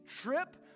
Trip